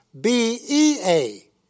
BEA